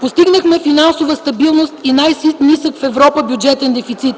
Постигнахме финансова стабилност и най-нисък в Европа бюджетен дефицит.